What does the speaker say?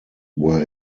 were